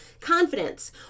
confidence